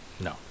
No